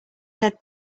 head